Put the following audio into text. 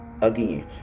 again